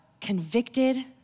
convicted